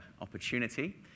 opportunity